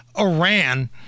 Iran